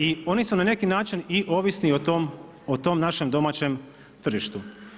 I oni su na neki način i ovisni o tom našem domaćem tržištu.